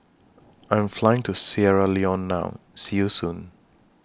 I'm Flying to Sierra Leone now See YOU Soon